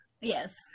Yes